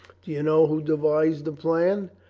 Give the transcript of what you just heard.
do you know who devised the plan?